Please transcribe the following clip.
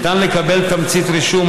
ניתן לקבל תמצית רישום,